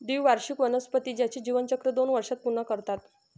द्विवार्षिक वनस्पती त्यांचे जीवनचक्र दोन वर्षांत पूर्ण करतात